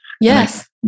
yes